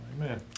Amen